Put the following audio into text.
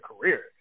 career